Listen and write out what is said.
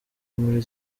muri